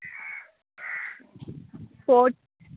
sports